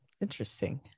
interesting